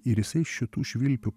ir jisai šitų švilpių